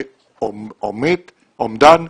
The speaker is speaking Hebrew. זה אומדן,